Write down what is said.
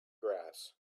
grass